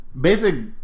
basic